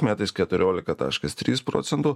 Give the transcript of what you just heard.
metais keturiolika taškas trys procentų